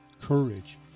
courage